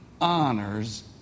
honors